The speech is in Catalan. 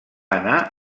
anar